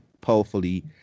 powerfully